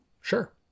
Sure